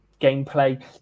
gameplay